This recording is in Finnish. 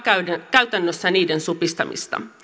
käytännössä niiden supistamista